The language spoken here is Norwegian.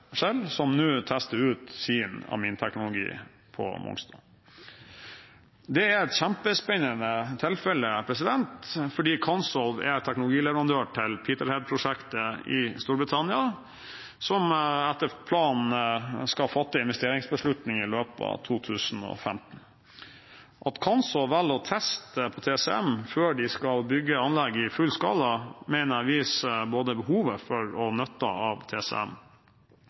som nå tester ut sin aminteknologi på Mongstad. Det er et kjempespennende tilfelle, fordi Cansolv er teknologileverandør til Peterhead-prosjektet i Storbritannia, som etter planen skal fatte investeringsbeslutning i løpet av 2015. At Cansolv velger å teste på TCM før de skal bygge anlegg i full skala, mener jeg viser både behovet for og nytten av TCM.